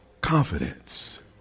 confidence